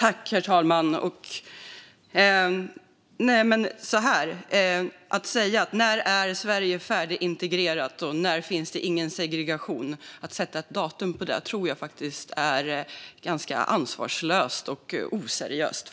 Herr talman! Att fråga när Sverige är färdigintegrerat eller när det inte finns någon segregation längre och be om ett datum för det tror jag faktiskt är ganska ansvarslöst och oseriöst.